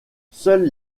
seules